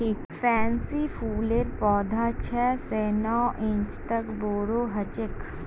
pansy फूलेर पौधा छह स नौ इंच तक बोरो ह छेक